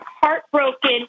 heartbroken